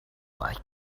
like